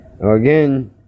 Again